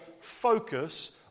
focus